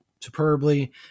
superbly